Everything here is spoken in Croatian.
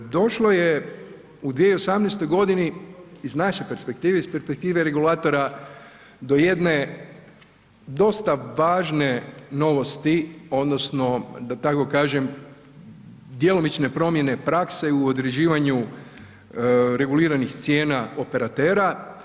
Došlo je u 2018. godini, iz naše perspektive, iz perspektive regulatora do jedne dosta važne novosti odnosno da tako kažem djelomične promjene prakse u određivanju reguliranih cijena operatera.